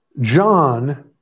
John